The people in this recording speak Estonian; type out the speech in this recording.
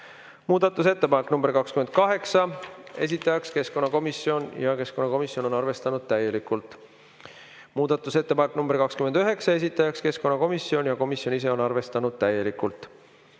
Muudatusettepanek nr 28, esitajaks keskkonnakomisjon ja keskkonnakomisjon on arvestanud täielikult. Muudatusettepanek nr 29, esitajaks keskkonnakomisjon ja komisjon ise on arvestanud täielikult.